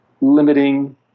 limiting